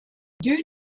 due